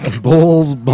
Bulls